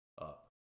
up